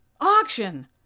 auction